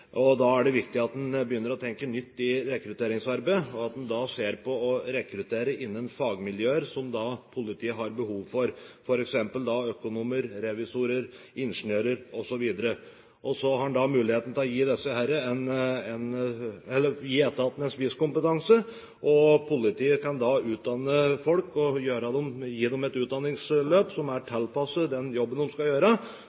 politiet. Da er det viktig at en begynner å tenke nytt i rekrutteringsarbeidet, og at en ser på det å rekruttere innen fagmiljøer som politiet har behov for, f.eks. økonomer, revisorer, ingeniører osv. Da har en muligheten til å gi etaten en spisskompetanse. Politiet kan da utdanne folk og gi dem et utdanningsløp som er